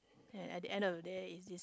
ya at the end of the day is this